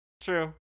True